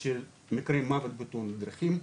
של מקרי המוות בתאונות הדרכים,